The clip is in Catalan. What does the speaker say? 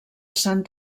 sant